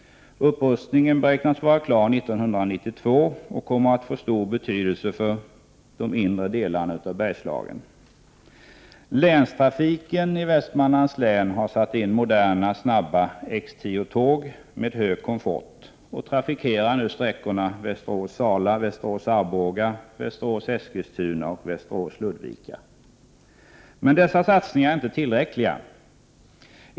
Upprustningen beräknas vara klar 1992, och den kommer att få stor betydelse för de inre delarna av Bergslagen. Länstrafiken i Västmanlands län har satt in moderna, snabba X10-tåg med hög komfort. Dessa tåg trafikerar nu sträckorna Västerås-Sala, Västerås— Arboga, Västerås-Eskilstuna och Västerås-Ludvika. Men dessa satsningar är inte tillräckliga.